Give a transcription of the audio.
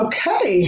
Okay